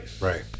Right